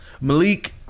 Malik